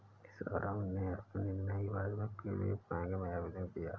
सौरभ ने अपनी नई पासबुक के लिए बैंक में आवेदन किया